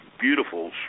beautiful